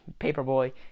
Paperboy